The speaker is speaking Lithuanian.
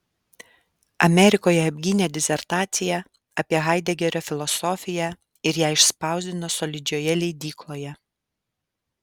amerikoje apgynė disertaciją apie haidegerio filosofiją ir ją išspausdino solidžioje leidykloje